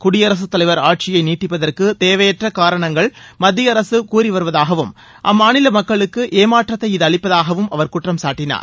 குடியரசுத் தலைவர் ஆட்சியை நீட்டிப்பதற்கு தேவையற்ற காரணங்களை மத்திய அரசு கூறிவருவதாகவும் அம்மாநில மக்களுக்கு ஏமாற்றத்தை அளித்திருப்பதாகவும் அவர் குற்றம் சாட்டினார்